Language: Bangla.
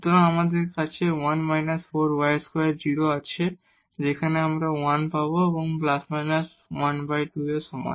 সুতরাং আমাদের 1−4 y2 0 আছে যেখানে আমরা 1 পাবো ± 12 এর সমান